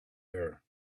air